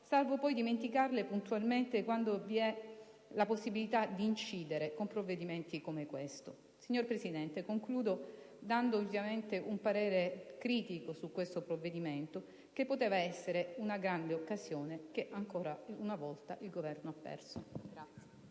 salvo poi dimenticarle puntualmente quando vi è la possibilità di incidere con provvedimenti come questo. Signora Presidente, concludo esprimendo ovviamente un parere critico su questo provvedimento, che poteva essere una grande occasione che ancora una volta il Governo ha perso.